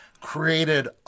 created